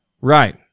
right